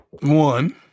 One